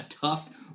tough